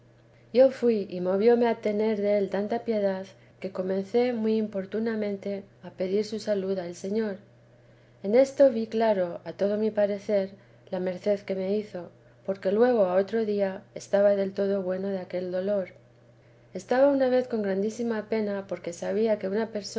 yo fui y movióme a tener del tanta piedad que comencé muy